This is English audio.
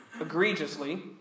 egregiously